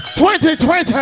2020